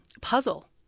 puzzle